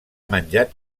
menjat